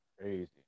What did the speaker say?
Crazy